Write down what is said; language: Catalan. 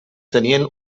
tenien